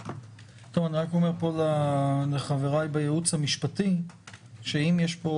אני רק אומר לחבריי בייעוץ המשפטי שאם יש פה